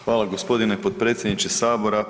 Hvala gospodine potpredsjedniče Sabora.